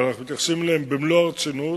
ואנחנו מתייחסים אליהם במלוא הרצינות.